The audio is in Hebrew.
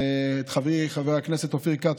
ואת חברי חבר הכנסת אופיר כץ,